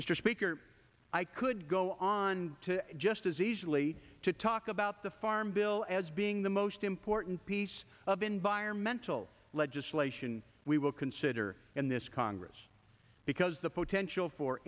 mr speaker i could go on to just as easily to talk about the farm bill as being the most important piece of environmental legislation we will consider in this congress because the potential for